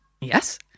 Yes